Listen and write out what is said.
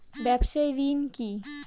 ব্যবসায় ঋণ কি?